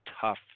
tough